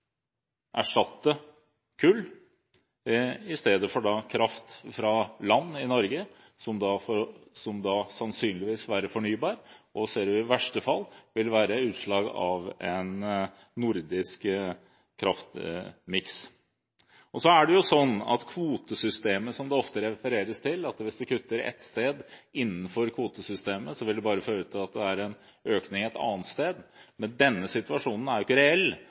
erstatte kull, i stedet for kraft fra land i Norge, som sannsynligvis vil være fornybar, og som i verste fall vil være utslag av en nordisk kraftmiks. Kvotesystemet som det ofte refereres til, er jo slik at hvis man kutter ett sted innenfor kvotesystemet, vil det bare føre til at det er en økning et annet sted. Men denne situasjonen er ikke reell.